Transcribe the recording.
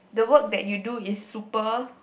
the work that you do is super